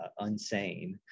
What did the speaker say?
Unsane